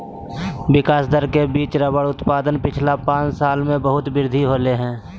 विकास दर के बिच रबर उत्पादन पिछला पाँच साल में बहुत वृद्धि होले हें